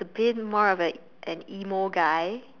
the been more of like an emo guy